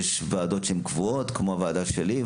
יש ועדות קבועות כמו הוועדה שלי,